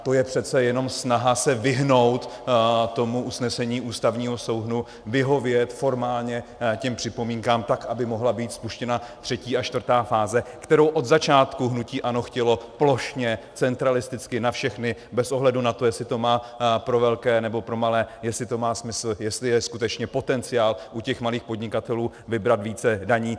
To je přece jenom snaha se vyhnout tomu usnesení Ústavního soudu, vyhovět formálně těm připomínkám tak, aby mohla být spuštěna třetí a čtvrtá fáze, kterou od začátku hnutí ANO chtělo plošně, centralisticky na všechny, bez ohledu na to, jestli to má pro velké nebo pro malé, jestli to má smysl, jestli je skutečně potenciál u těch malých podnikatelů vybrat více daní.